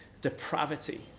depravity